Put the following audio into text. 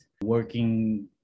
working